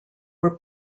were